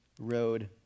road